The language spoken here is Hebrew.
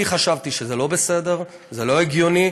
אני חשבתי שזה לא בסדר, זה לא הגיוני,